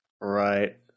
Right